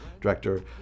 director